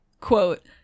quote